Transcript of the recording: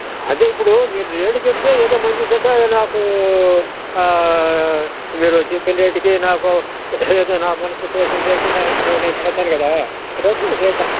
అదే ఇప్పుడు మీరు రేట్ చెప్తే ఎదో మంచీ చెడ్డ నాకు మీరు చెప్పిన రేట్కు నాకు ఏదో నా మనసుకు తోచిన రేట్కు నాకు నేను అడుగుతాను కదా అందుకోసం రేట్